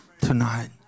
tonight